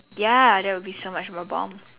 ya that will be so much more bomb